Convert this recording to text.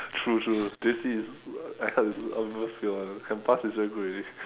true true J_C is I heard is almost all fail [one] can pass is very good already